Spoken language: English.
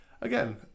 Again